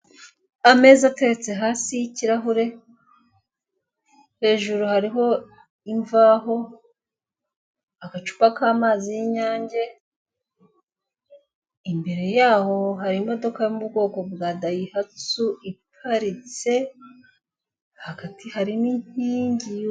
Ameza ateretse hasi y'ikirahure, hejuru hariho imvaho, agacupa k'amazi y'Inyange, imbere yaho hari imodoka yo mu bwoko bwa dayihatsu iparitse, hagati harimo inkingi